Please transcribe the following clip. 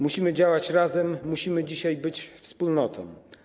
Musimy działać razem, musimy dzisiaj być wspólnotą.